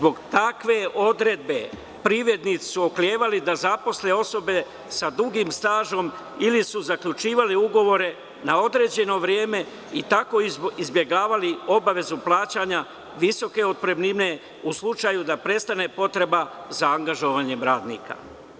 Zbog takve odredbe privrednici su oklevali da zaposle osobe sa dugim stažom ili su zaključivali ugovore na određeno vreme i tako izbegavali obavezu plaćanja visoke otpremnine u slučaju da prestane potreba za angažovanjem radnika.